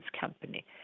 company